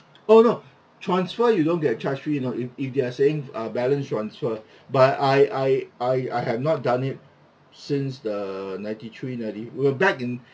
oh no transfer you don't get charge fee you know if if they are saying uh balance transfer but I I I I have not done it since the ninety three ninety we were back in